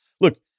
look